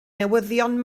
newyddion